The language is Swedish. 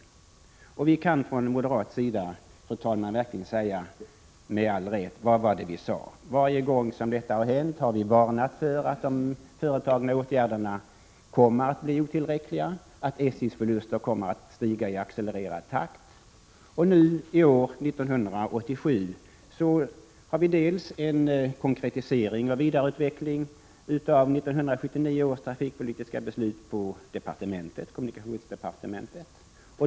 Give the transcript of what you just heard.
Vi kan från moderat sida, fru talman, verkligen med all rätt säga: Vad var det vi sade? Varje gång detta har hänt har vi varnat för att de vidtagna åtgärderna kommer att bli otillräckliga och att SJ:s förluster kommer att stiga i accelererad takt. I år, 1987, sker en konkretisering och vidareutveckling av 1979 års trafikpolitiska beslut på kommunikationsdepartementet.